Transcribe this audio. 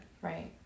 Right